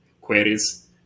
queries